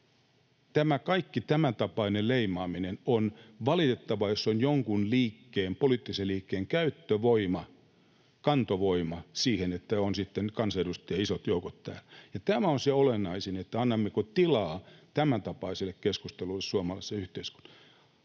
tämä kaikki tämäntapainen leimaaminen on jonkun poliittisen liikkeen käyttövoima ja kantovoima siihen, että on sitten kansanedustajia isot joukot täällä. Tämä on se olennaisin, että annammeko tilaa tämäntapaiselle keskustelulle suomalaisessa yhteiskunnassa.